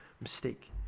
mistake